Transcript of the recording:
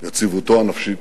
יציבותו הנפשית.